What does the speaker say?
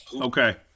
Okay